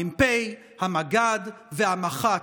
המ"פ, המג"ד והמח"ט.